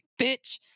bitch